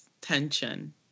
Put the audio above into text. tension